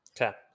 Okay